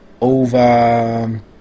over